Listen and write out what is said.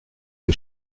que